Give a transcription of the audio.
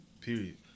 Period